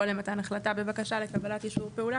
או למתן החלטה בקבלת אישור פעולה,